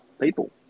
people